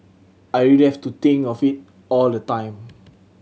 I really have to think of it all the time